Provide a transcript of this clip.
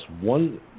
one